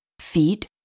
feet